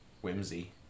whimsy